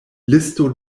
listo